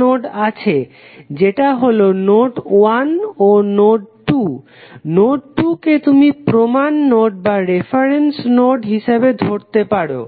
node আছে সেটা হলো নোড 1 ও নোড 2 নোড 2 কে তুমি প্রমান নোড হিসাবে ধরতে পারো